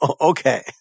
Okay